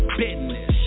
business